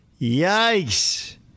yikes